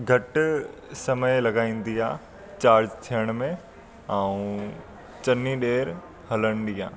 घटि समय लॻाईंदी आहे चार्ज थियण में ऐं चङी देरि हलंदी आहे